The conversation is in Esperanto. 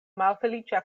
malfeliĉa